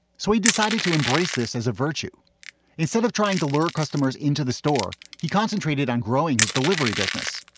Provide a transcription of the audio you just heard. so he decided to embrace this as a virtue instead of trying to lure customers into the store. he concentrated on growing his delivery business.